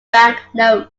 banknotes